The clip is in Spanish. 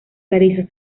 clarisas